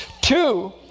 Two